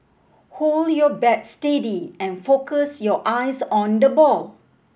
hold your bat steady and focus your eyes on the ball